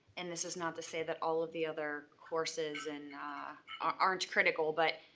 and this is not to say that all of the other courses and aren't critical, but,